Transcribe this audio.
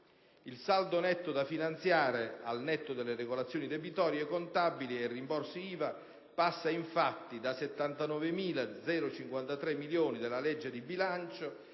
Il saldo netto da finanziare, al netto delle regolazioni debitorie, contabili e rimborsi IVA, passa infatti da 79.053 milioni della legge di bilancio